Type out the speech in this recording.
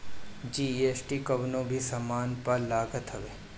GST कवनो भी सामान पअ लागत हवे